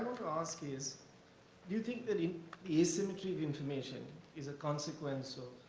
ask is do you think that the asymmetry of information is a consequence of.